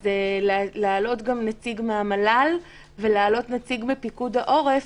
אז להעלות גם נציג מהמל"ל ולהעלות נציג מפיקוד העורף,